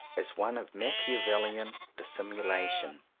is one of machiavel lian dissimulation.